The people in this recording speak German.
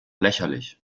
lächerlich